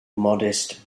modest